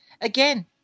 again